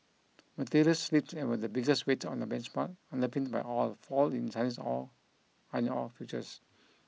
materials slipped and were the biggest weight on the benchmark underpinned by all fall in Chinese or iron ore futures